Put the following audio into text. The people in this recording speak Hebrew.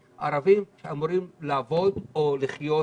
אבל לערבים שהיו אמורים לעבוד ולהתפרנס,